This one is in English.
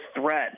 threat